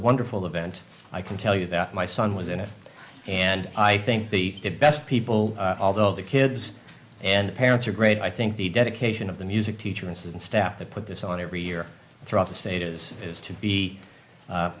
wonderful event i can tell you that my son was in it and i think the best people although the kids and parents are great i think the dedication of the music teacher and student staff to put this on every year throughout the state is is to be